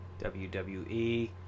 WWE